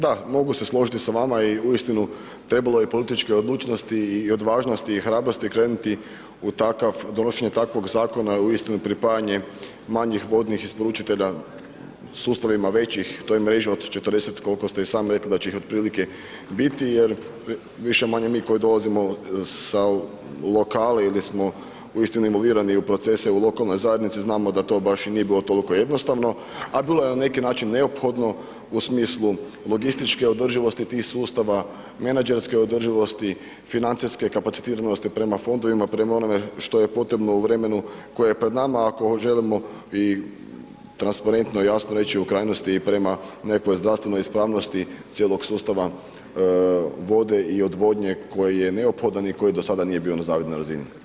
Da, mogu se složiti sa vama i uistinu trebalo je političke odlučnosti i odvažnosti i hrabrosti krenuti u donošenje takvog zakona, uistinu pripajanjem manjih vodnih isporučitelja sustavima većih, to je mreža od 40, koliko ste i sami rekli da će ih otprilike biti jer više-manje mi koji dolazimo sa lokali ili smo uistinu imulirani u procese u lokalnoj zajednici znamo da to baš i nije bilo tolko jednostavno, a bilo je na neki način neophodno u smislu logističke održivosti tih sustava, menadžerske održivosti, financijske kapacitiranosti prema fondovima, prema onome što je potrebno u vremenu koje je pred nama ako želimo i transparentno i jasno reći o krajnosti i prema nekakvoj zdravstvenoj ispravnosti cijelog sustava vode i odvodnje koji je neophodan i koji do sada nije bio na zavidnoj razini.